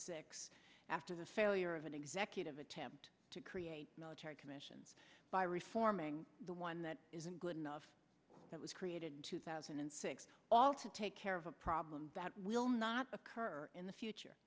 six after the failure of an executive attempt to create military commissions by reforming the one that isn't good enough that was created in two thousand and six all to take care of a problem that will not occur in the future